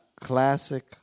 classic